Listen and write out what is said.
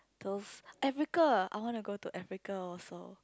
those Africa I wanna go to Africa also